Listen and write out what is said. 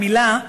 במילה,